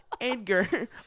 Edgar